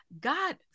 God